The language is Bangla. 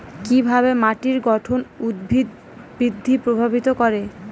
কিভাবে মাটির গঠন উদ্ভিদ বৃদ্ধি প্রভাবিত করে?